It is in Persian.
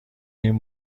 این